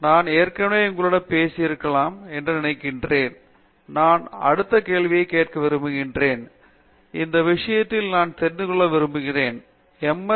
சரி நான் ஏற்கனவே உங்களிடம் பேசியிருக்கலாம் என்று நினைக்கிறேன் நான் அடுத்த கேள்வியை கேட்க விரும்பினேன் ஆனால் எந்த விஷயத்திலும் நான் தெரிந்து கொள்ள விரும்பினேன் ஒரு எம்